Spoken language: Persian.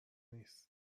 نیست